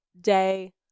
day